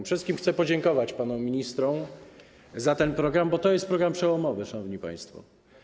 Przede wszystkim chcę podziękować panom ministrom za ten program, bo to jest program przełomowy, szanowni państwo.